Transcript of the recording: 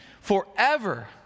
forever